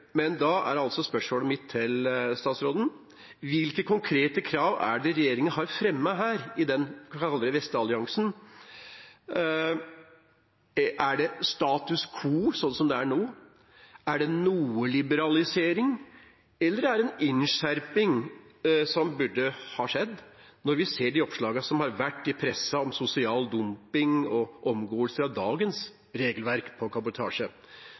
Men da er spørsmålet mitt til statsråden: Hvilke konkrete krav har regjeringen fremmet her i denne – skal vi kalle det – vestalliansen? Er det status quo, slik det er nå? Er det noe liberalisering? Eller er det en innskjerping som burde ha skjedd når vi ser de oppslagene som har vært i pressen om sosial dumping og omgåelse av dagens regelverk vedrørende kabotasje,